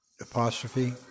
apostrophe